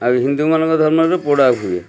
ଆଉ ହିନ୍ଦୁମାନଙ୍କର ଧର୍ମରେ ତ ପୋଡ଼ା ହୁଏ